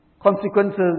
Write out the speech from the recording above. Consequences